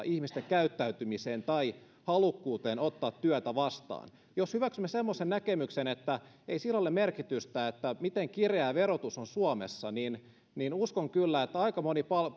ihmisten käyttäytymiseen tai halukkuuteen ottaa työtä vastaan jos hyväksymme semmoisen näkemyksen että ei sillä ole merkitystä miten kireä verotus on suomessa niin niin uskon kyllä että aika moni